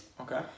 Okay